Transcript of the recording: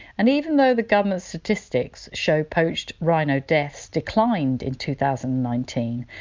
and even though the government statistics show poached rhino deaths declined in two thousand and nineteen,